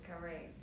Correct